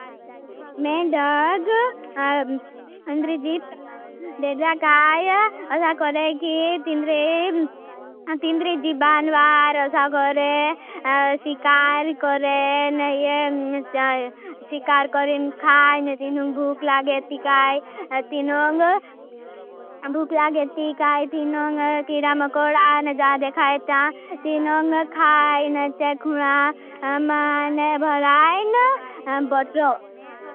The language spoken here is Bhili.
मेंडग, अंद्री जीप, देड्रा काई। असा करें कि तिंद्री जीप बानवार, असा करें। शिकार करें, शिकार करें खाईन। तिनुंग भूख लागे तिकाई, तिनुंग किरा मकोडा। न जादे खाई ता, तिनुंग खाईन, चेखुणा, माने भराईन, बत्रो।